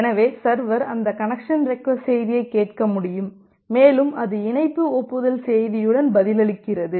எனவே சர்வர் அந்த connection request செய்தியைக் கேட்க முடியும் மேலும் அது இணைப்பு ஒப்புதல் செய்தியுடன் பதிலளிக்கிறது